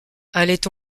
allait